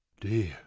Dear